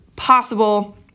possible